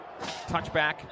Touchback